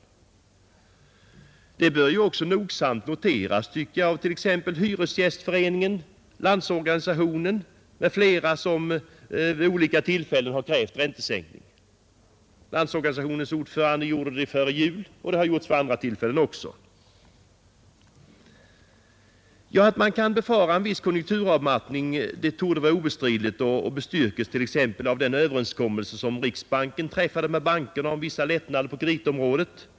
Detta bör nogsamt noteras, tycker jag, av t.ex. Hyresgästföreningen och Landsorganisationen som vid olika tillfällen har krävt räntesänkning. Landsorganisationens ordförande gjorde det före jul, och det har gjorts vid andra tillfällen också. Att man kan befara en viss konjunkturavmattning torde vara obestridligt och bestyrkes t.ex. av den överenskommelse som riksbanken träffade med bankerna om vissa lättnader på kreditområdet.